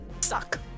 suck